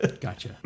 Gotcha